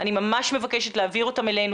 אני ממש מבקשת להעביר אותם בכתב אלינו,